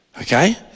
okay